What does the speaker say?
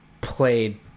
played